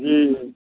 जी